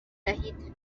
دهید